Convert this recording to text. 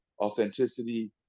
authenticity